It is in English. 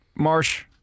marsh